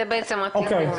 זה בעצם התיקון.